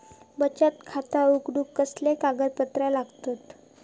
बचत खाता उघडूक कसले कागदपत्र लागतत?